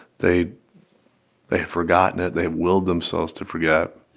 they they have forgotten it. they have willed themselves to forget